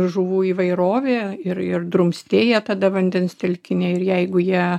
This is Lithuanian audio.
žuvų įvairovė ir ir drumstėja tada vandens telkiniai ir jeigu jie